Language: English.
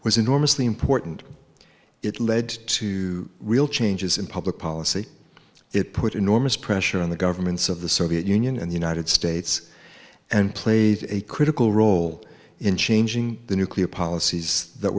was enormously important it led to real changes in public policy it put enormous pressure on the governments of the soviet union and the united states and played a critical role in changing the nuclear policies that